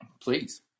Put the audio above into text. Please